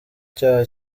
cyaha